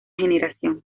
generación